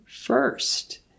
first